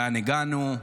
לאן הגענו.